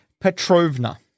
Petrovna